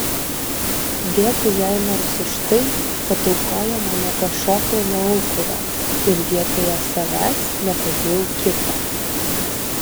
dėkui jai nors už tai kad aukojama nepašokau nuo aukuro ir vietoje savęs nepadėjau kito